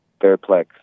Fairplex